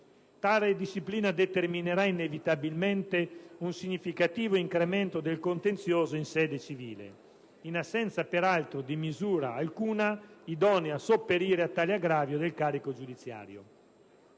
Tale disciplina determinerà inevitabilmente un significativo incremento del contenzioso in sede civile, in assenza peraltro di qualsiasi misura idonea a sopperire a tale aggravio del carico giudiziario.